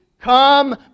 come